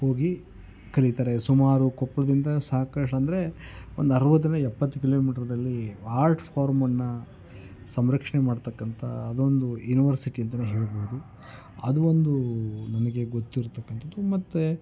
ಹೋಗಿ ಕಲಿತಾರೆ ಸುಮಾರು ಕೊಪ್ಪಳ್ದಿಂದ ಸಾಕಷ್ಟು ಅಂದರೆ ಒಂದು ಅರುವತ್ತರಿಂದ ಎಪ್ಪತ್ತು ಕಿಲೋಮೀಟ್ರದಲ್ಲಿ ಆರ್ಟ್ ಫಾರ್ಮನ್ನು ಸಂರಕ್ಷಣೆ ಮಾಡತಕ್ಕಂಥ ಅದೊಂದು ಯುನಿವರ್ಸಿಟಿ ಅಂತಲೇ ಹೇಳ್ಬೋದು ಅದು ಒಂದು ನನಗೆ ಗೊತ್ತಿರತಕ್ಕಂಥದ್ದು ಮತ್ತು